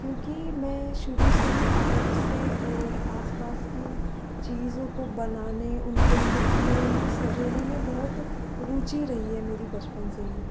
क्योंकि मैं शुरु से ही आर्ट्स से और आसपास की चीज़ों को बनाने उनके लिखने उनको सजोने में बहुत रूचि रही है मेरी बचपन से ही